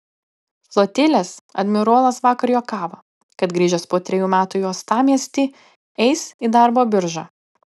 flotilės admirolas vakar juokavo kad grįžęs po trejų metų į uostamiestį eis į darbo biržą